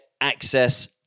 access